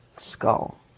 skull